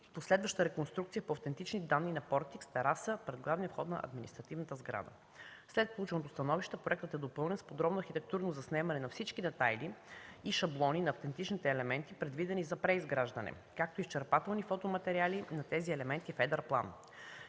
последваща реконструкция по автентични данни на портик с тераса пред главния вход на административната сграда. След полученото становище проектът е допълнен с подробно архитектурно заснемане на всички детайли и шаблони на автентичните елементи, предвидени за преизграждане, както и изчерпателни фотоматериали на тези елементи в едър план.